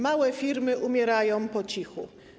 Małe firmy umierają po cichu.